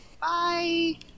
Bye